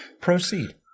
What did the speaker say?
Proceed